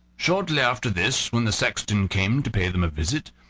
shortly after this, when the sexton came to pay them a visit,